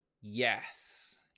Yes